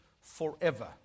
forever